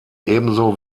ebenso